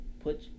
put